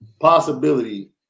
possibility